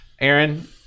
Aaron